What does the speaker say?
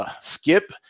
Skip